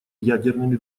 ядерными